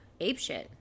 apeshit